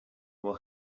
will